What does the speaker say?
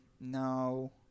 no